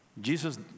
Jesus